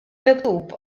miktub